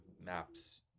maps